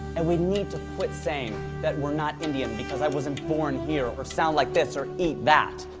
and we need to quit saying that we're not indian because i wasn't born here, or sound like this, or eat that.